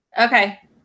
Okay